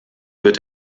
wird